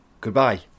Goodbye